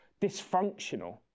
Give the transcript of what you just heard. dysfunctional